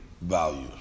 value